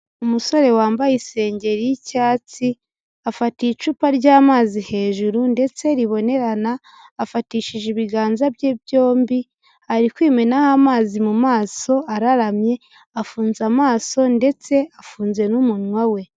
Umusore wambaye isengeri y'icyatsi afatiye icupa ry'amazi hejuru ndetse ribonerana, afatishije ibiganza bye byombi, ari kwimenaho amazi mu maso, araramye, afunze amaso ndetse afunze n'umunwa we.